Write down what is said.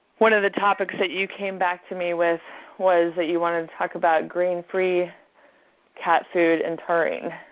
one of the topics that you came back to me with was that you wanted to talk about grain free cat food and taurine.